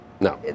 No